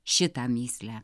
šitą mįslę